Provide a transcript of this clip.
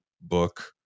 book